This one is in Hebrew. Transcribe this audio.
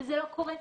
וזה לא קורה.